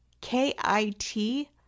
K-I-T